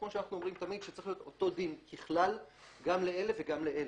כמו שאנחנו אומרים תמיד שצריך להיות אותו דין ככלל גם לאלה וגם לאלה,